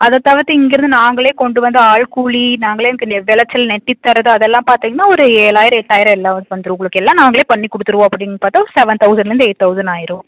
அதை தவிர்த்து இங்கேயிருந்து நாங்களே கொண்டு வந்த ஆள் கூலி நாங்களே எங்களுக்கு நெ விளச்சல் நெட்டித் தர்றது அதெல்லாம் பார்த்தீங்கன்னா ஒரு ஏழாயிரம் எட்டாயிரம் எல்லாம் வந்துடும் உங்களுக்கு எல்லாம் நாங்களே பண்ணிக் கொடுத்துருவோம் அப்படின்னு பார்த்தா செவன் தௌசண்ட்லேருந்து எயிட் தௌசண்ட் ஆயிடும்